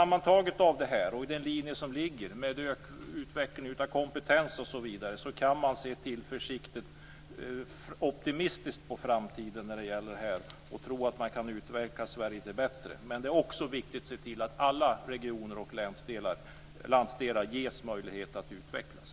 Med den linje som föreligger med utveckling av kompetens osv. går det att se optimistiskt på framtiden och att Sverige kan utvecklas till det bättre. Men det är också viktigt att se till att alla regioner och landsdelar ges möjlighet att utvecklas.